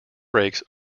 brakes